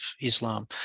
Islam